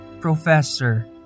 professor